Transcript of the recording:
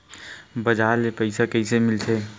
बजार ले पईसा कइसे मिलथे?